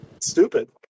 stupid